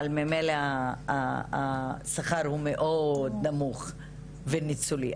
אבל ממילא השכר הוא מאוד נמוך וניצולי.